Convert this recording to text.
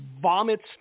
vomits